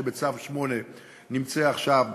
שבצו 8 נמצא עכשיו במילואים,